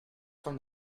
from